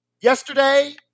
Yesterday –